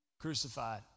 crucified